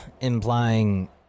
implying